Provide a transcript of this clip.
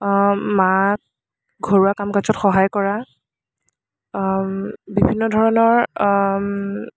মাক ঘৰুৱা কাম কাজত সহায় কৰা বিভিন্ন ধৰণৰ